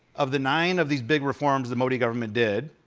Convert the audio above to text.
of the nine of these big reforms the modi government did,